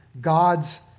God's